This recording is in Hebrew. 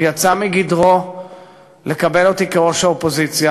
הוא יצא מגדרו לקבל אותי, כראש האופוזיציה.